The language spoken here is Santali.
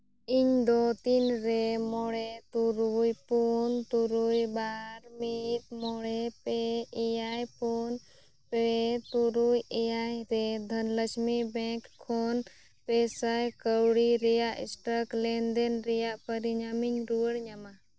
ᱤᱧᱫᱚ ᱛᱤᱱᱨᱮ ᱢᱚᱬᱮ ᱛᱩᱨᱩᱭ ᱯᱩᱱ ᱛᱩᱨᱩᱭ ᱵᱟᱨ ᱢᱤᱫ ᱢᱚᱬᱮ ᱯᱮ ᱮᱭᱟᱭ ᱯᱩᱱ ᱯᱮ ᱛᱩᱨᱩᱭ ᱮᱭᱟᱭᱨᱮ ᱫᱷᱚᱱᱞᱟᱠᱥᱢᱤ ᱵᱮᱝᱠ ᱠᱷᱚᱱ ᱯᱮ ᱥᱟᱭ ᱠᱟᱹᱣᱰᱤ ᱨᱮᱭᱟᱜ ᱥᱴᱚᱠ ᱞᱮᱱᱫᱮᱱ ᱨᱮᱭᱟᱜ ᱯᱚᱨᱤᱢᱟᱱᱤᱧ ᱨᱩᱣᱟᱹᱲ ᱧᱟᱢᱟ